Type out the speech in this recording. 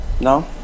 No